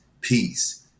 peace